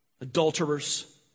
adulterers